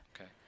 Okay